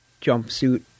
Jumpsuit